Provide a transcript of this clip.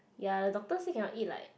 ya the doctor say cannot eat like